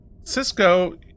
Cisco